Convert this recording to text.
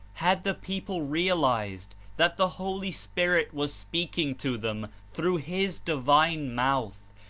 had the people realized that the holy spirit was speaking to them through his divine mouth,